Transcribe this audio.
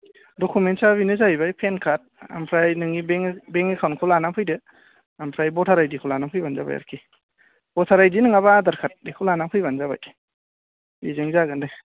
डखुमेन्टसा बेनो जाहैबाय pan card ओमफ्राय नोंनि बेंक एकाउन्टखौ लानानै फैदो ओमफ्राय भटार आइडि खौ लानानै फैबानो जाबाय आरोखि भटार आइडि नङाबा आधार कार्ड बेखौ लानानै फैबानो जाबाय बेजों जागोन दे